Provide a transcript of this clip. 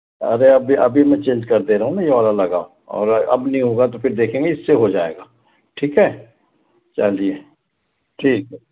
अरे अभी अभी मैं चेंज कर दे रहा हूँ ना ये वाला लगाओ और अब नहीं होगा तो फिर देखेंगे इससे हो जाएगा ठीक है चलिए ठीक है